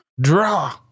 Draw